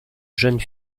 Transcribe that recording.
jeune